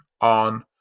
on